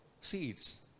seeds